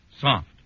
soft